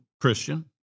Christian